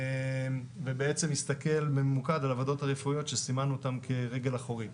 ובעצם הסתכל בממוקד על הוועדות הרפואיות שסימנו אותם כרגל אחורית.